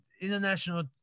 international